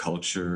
התרבות,